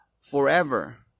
forever